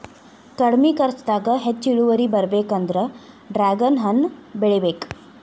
ಕಡ್ಮಿ ಕರ್ಚದಾಗ ಹೆಚ್ಚ ಇಳುವರಿ ಬರ್ಬೇಕಂದ್ರ ಡ್ರ್ಯಾಗನ್ ಹಣ್ಣ ಬೆಳಿಬೇಕ